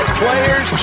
players